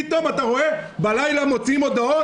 פתאום אתה רואה בלילה מוציאים הודעות